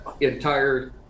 entire